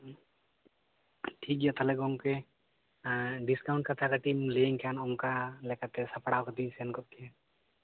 ᱴᱷᱤᱠ ᱜᱮᱭᱟ ᱛᱟᱦᱚᱞᱮ ᱜᱚᱢᱠᱮ ᱰᱤᱥᱠᱟᱩᱱᱴ ᱠᱟᱛᱷᱟ ᱠᱟᱹᱴᱤᱡ ᱮᱢ ᱞᱟᱹᱭᱟᱹᱧ ᱠᱷᱟᱱ ᱚᱱᱠᱟ ᱞᱮᱠᱟᱛᱮ ᱥᱟᱯᱲᱟᱣ ᱠᱟᱛᱮ ᱥᱮᱱ ᱠᱚᱜ ᱠᱮᱭᱟ